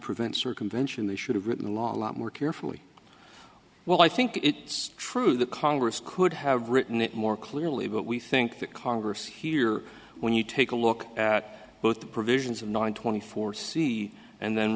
prevent circumvention they should have written a lot more carefully well i think it's true that congress could have written it more clearly but we think that congress here when you take a look at both the provisions of nine twenty four see and then